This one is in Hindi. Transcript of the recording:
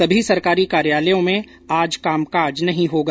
सभी सरकारी कार्यालयों में आज कामकाज नहीं होगा